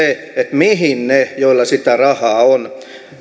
mihin ne joilla sitä rahaa on